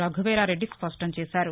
రఘువీరా రెడ్డి స్పష్టం చేశారు